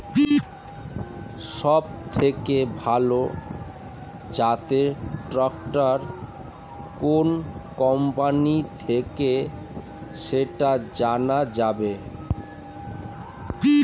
সবথেকে ভালো জাতের ট্রাক্টর কোন কোম্পানি থেকে সেটা জানা যাবে?